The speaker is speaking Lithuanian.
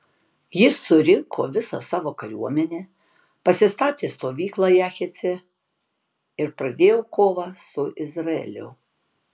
jis surinko visą savo kariuomenę pasistatė stovyklą jahace ir pradėjo kovą su izraeliu